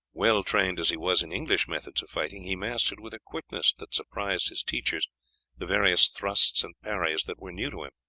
well trained as he was in english methods of fighting, he mastered with a quickness that surprised his teachers the various thrusts and parries that were new to him.